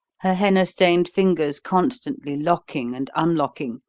her henna-stained fingers constantly locking and unlocking,